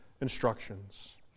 instructions